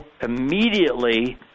immediately